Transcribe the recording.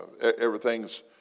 everything's